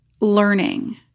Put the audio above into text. learning